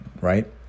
right